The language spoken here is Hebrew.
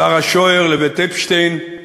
שרה שוער לבית אפשטיין,